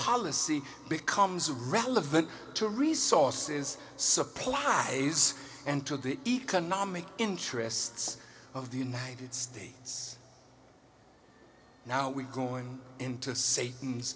policy becomes relevant to resources supplies and to the economic interests of the united states now we're going into satan